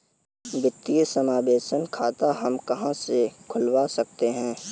वित्तीय समावेशन खाता हम कहां से खुलवा सकते हैं?